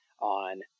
on